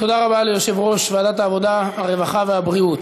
תודה רבה ליושב-ראש ועדת העבודה, הרווחה והבריאות.